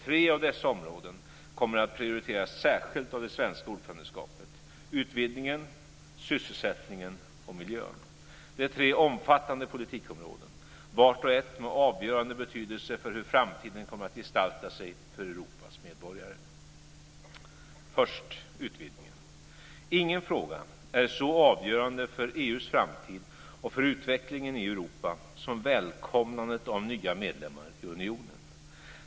Tre av dessa områden kommer att prioriteras särskilt av det svenska ordförandeskapet: utvidgningen, sysselsättningen och miljön. Det är tre omfattande politikområden, vart och ett med avgörande betydelse för hur framtiden kommer att gestalta sig för Europas medborgare. Först utvidgningen. Ingen fråga är så avgörande för EU:s framtid och för utvecklingen i Europa som välkomnandet av nya medlemmar i unionen.